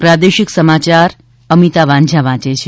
પ્રાદેશિક સમાચાર અમિતા વાંઝા વાંચે છે